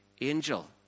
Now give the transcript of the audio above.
angel